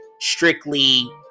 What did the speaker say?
strictly